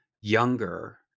younger